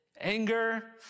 anger